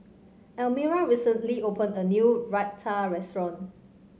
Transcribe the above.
Almira recently opened a new Raita Restaurant